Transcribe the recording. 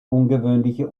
ungewöhnliche